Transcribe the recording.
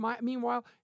meanwhile